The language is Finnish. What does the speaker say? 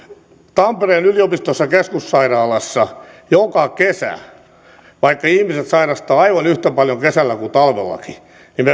tampereen yliopistollisessa keskussairaalassa joka kesä vaikka ihmiset sairastavat aivan yhtä paljon kuin talvellakin